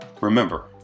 Remember